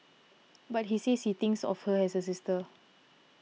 but he says he thinks of her as a sister